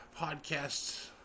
podcasts